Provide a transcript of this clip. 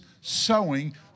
sowing